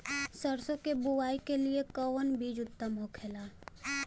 सरसो के बुआई के लिए कवन बिज उत्तम होखेला?